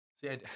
See